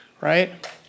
right